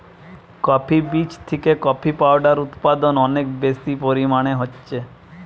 coffee বীজ থিকে coffee powder উদপাদন অনেক বেশি পরিমাণে হচ্ছে